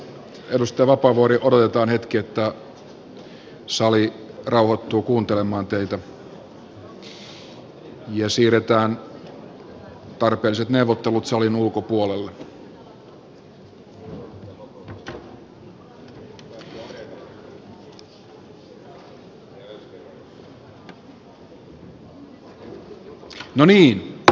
jos edustaja vapaavuori odotetaan hetki että sali rauhoittuu kuuntelemaan teitä ja siirretään tarpeelliset neuvottelut salin ulkopuolelle